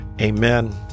Amen